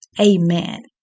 Amen